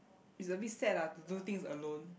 is a bit sad lah to do things alone